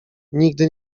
nigdy